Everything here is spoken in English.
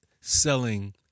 selling